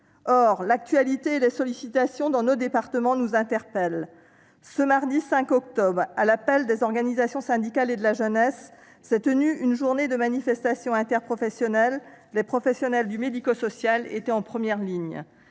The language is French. Or l'actualité et les sollicitations dont nous faisons l'objet dans nos départements nous interpellent. Ce mardi 5 octobre, à l'appel d'organisations syndicales et de jeunesse s'est tenue une journée de manifestation interprofessionnelle. Les professionnels du secteur médico-social étaient en première ligne.